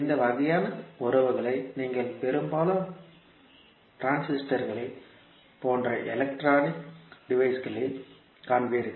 இந்த வகையான உறவுகளை நீங்கள் பெரும்பாலும் டிரான்சிஸ்டர்கள் போன்ற எலக்ட்ரானிக் டிவைசஸ்களில் காண்பீர்கள்